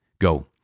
go